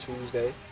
Tuesday